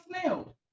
snail